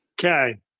Okay